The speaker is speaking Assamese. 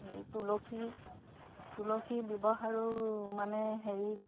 এই তুলসী তুলসীৰ ব্যৱহাৰো মানে হেৰি